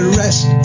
rest